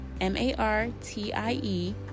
m-a-r-t-i-e